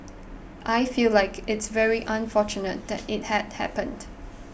I feel like it's very unfortunate that it had happened